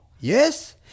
Yes